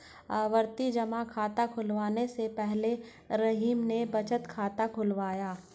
आवर्ती जमा खाता खुलवाने से पहले रहीम ने बचत खाता खुलवाया